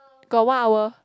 got one hour